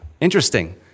Interesting